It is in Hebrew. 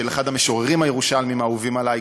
של אחד המשוררים הירושלמיים האהובים עלי,